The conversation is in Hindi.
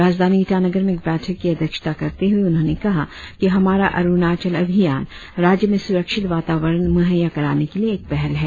राजधानी ईटानगर में एक बैठक की अध्यक्षता करते हुए उन्होंने कहा कि हमारा अरुणाचल अभियान राज्य में सुरक्षित वातावरण मुहैय्या कराने के लिए एक पहल है